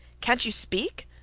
cant you speak?